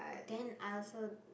then I also